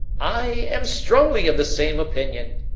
i am strongly of the same opinion,